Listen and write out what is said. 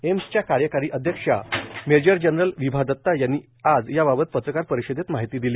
एम्सच्या कार्यकारी अध्यक्षा मेजर जनरल विभा दत्ता यांनी आज याबाबत पत्रकार परिषदेत माहिती दिली